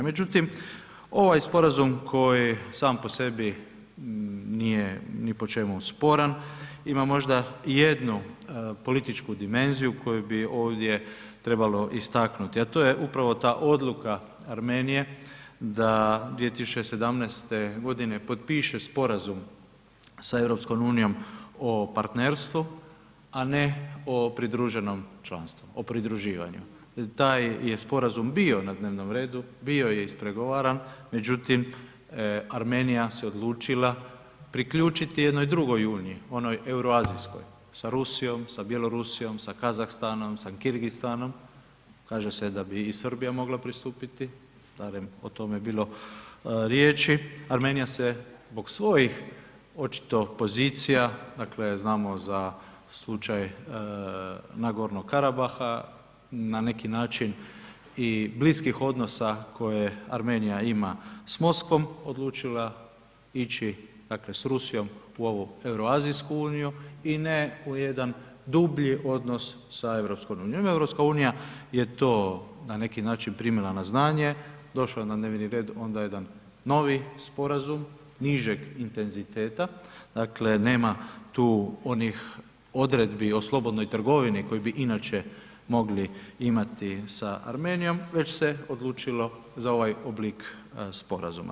Međutim, ovaj sporazum koji sam po sebi nije ni po čemu sporan ima možda jednu političku dimenziju koju bi ovdje trebalo istaknuti, a to je upravo ta odluka Armenije da 2017.g. potpiše sporazum sa EU o partnerstvu, a ne o pridruženom članstvu, o pridruživanju, taj je sporazum bio na dnevnom redu, bio je ispregovaran, međutim Armenija se odlučila priključiti jednoj drugoj uniji, onoj Euroazijskoj, sa Rusijom, sa Bjelorusijom, sa Kazahstanom, sa Kirgistanom, kaže se da bi i Srbija mogla pristupiti, barem o tome je bilo riječi, Armenija se zbog svojih očito pozicija, dakle znamo za slučaj Nagornog Karabaha, na neki način i bliskih odnosa koje Armenija ima s Moskvom, odlučila ići dakle s Rusijom u ovu Euroazijsku uniju i ne u jedan dublji odnos sa EU, naime EU je to na neki način primila na znanje, došao je na dnevni red onda jedan novi sporazum nižeg intenziteta, dakle nema tu onih odredbi o slobodnoj trgovini koji bi inače mogli imati sa Armenijom već se odlučilo za ovaj oblik sporazuma.